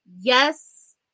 Yes